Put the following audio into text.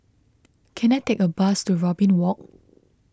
can I take a bus to Robin Walk